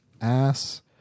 Ass